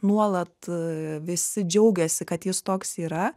nuolat visi džiaugiasi kad jis toks yra